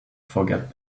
forget